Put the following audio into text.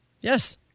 Yes